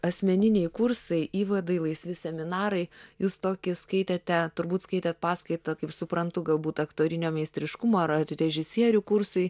asmeniniai kursai įvadai laisvi seminarai jūs tokį skaitėte turbūt skaitėt paskaitą kaip suprantu galbūt aktorinio meistriškumo ar režisierių kursai